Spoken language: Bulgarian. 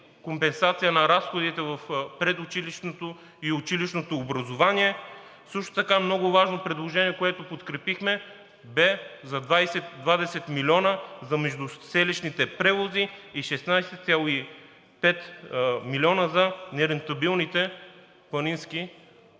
на разходите в предучилищното и училищното образование. Също така много важно предложение, което подкрепихме, бе за 20 милиона за междуселищните превози и 16,5 милиона за нерентабилните планински